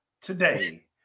today